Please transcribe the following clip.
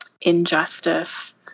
injustice